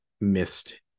missed